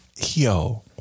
Yo